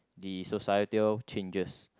the societal changes